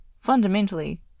fundamentally